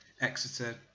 Exeter